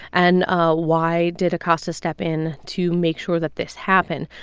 and ah why did acosta step in to make sure that this happened?